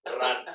Run